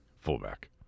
fullback